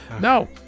No